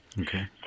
Okay